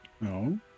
No